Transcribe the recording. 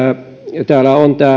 täällä on tämä että